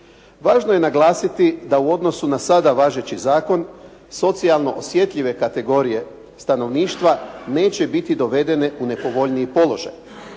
Važno je naglasiti da u odnosu na sada važeći zakon, socijalno osjetljive kategorije stanovništva neće biti dovedene u nepovoljniji položaj